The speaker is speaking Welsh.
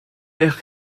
eich